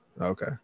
Okay